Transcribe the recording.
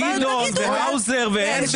איפה גדעון, האוזר והנדל?